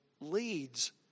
leads